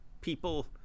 people